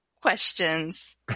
questions